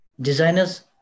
designers